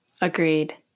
Agreed